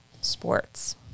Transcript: Sports